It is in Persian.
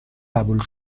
قبول